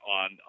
on